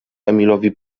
emilowi